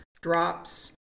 drops